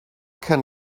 can